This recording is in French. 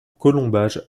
colombages